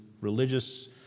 religious